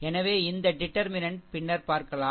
எனவே இந்த டிடர்மினென்ட் பின்னர் பார்க்கலாம்